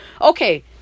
Okay